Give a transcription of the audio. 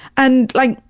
and, like,